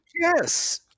Yes